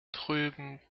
drüben